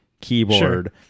keyboard